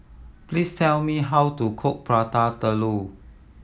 please tell me how to cook Prata Telur